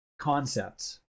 concepts